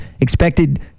expected